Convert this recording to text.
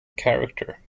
character